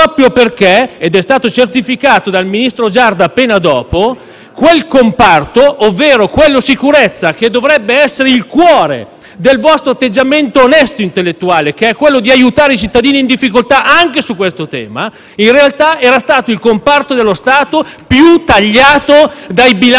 proprio perché (ed è stato certificato dal ministro Giarda appena dopo) quel comparto (quello sicurezza, che dovrebbe essere il cuore del vostro atteggiamento onesto e intellettuale, che è quello di aiutare i cittadini in difficoltà anche su questo tema) in realtà era stato il comparto dello Stato più tagliato dai bilanci